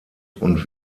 und